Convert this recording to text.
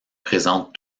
présente